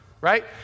right